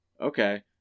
okay